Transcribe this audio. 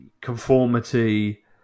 conformity